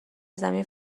زمین